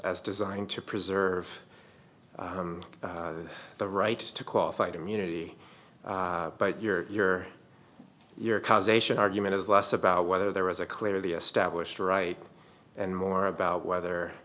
as designed to preserve the right to qualified immunity but your your causation argument is less about whether there was a clearly established a right and more about whether